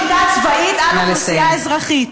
שנות שליטה צבאית על אוכלוסייה אזרחית.